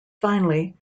finally